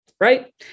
Right